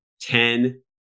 Ten